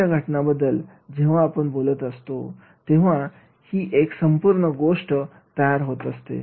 अशा घटनांबद्दल जेव्हा आपण बोलत असतो तेव्हा ही एक संपूर्ण गोष्ट तयार होत असते